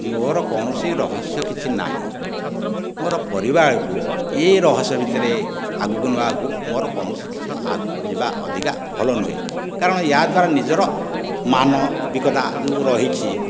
ମୋର କୌଣସି ରହସ୍ୟ କିଛି ନାହିଁ ମୋର ପରିବାରକୁ ଏହି ରହସ୍ୟ ଭିତରେ ଆଗକୁ ନେବାକୁ ମୋର କୌଣସି କିଛି ଅଧିକା ଭଲ ନୁହେଁ କାରଣ ଏହା ଦ୍ଵାରା ନିଜର ମାନବିକତା ଯେଉଁ ରହିଛି